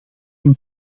hun